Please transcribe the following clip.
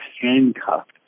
handcuffed